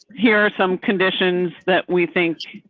here are some conditions that we think,